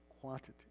quantity